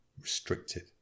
restricted